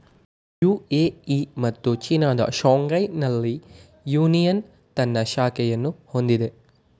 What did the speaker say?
UAE ಮತ್ತು ಚೀನಾದ ಶಾಂಘೈನಲ್ಲಿ ಯೂನಿಯನ್ ತನ್ನ ಶಾಖೆಯನ್ನು ಹೊಂದಿದೆ